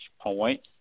point